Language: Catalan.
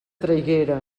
traiguera